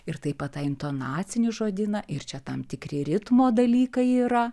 ir taip pat tą intonacinį žodyną ir čia tam tikri ritmo dalykai yra